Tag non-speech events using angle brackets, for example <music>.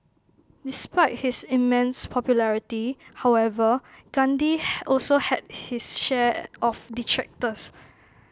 despite his immense popularity however Gandhi <noise> also had his share of detractors